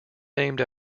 named